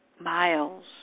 miles